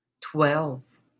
twelve